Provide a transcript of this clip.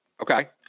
Okay